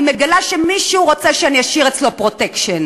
אני מגלה שמישהו רוצה שאני אשאיר אצלו "פרוטקשן".